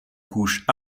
couches